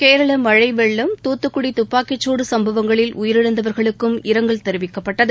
கேரளமழைவெள்ளம் தூத்துக்குடிதுப்பாக்கிசூடுசம்பவங்களில் உயிரிழந்தவர்களுக்கும் இரங்கல் தெரிவிக்கப்பட்டகு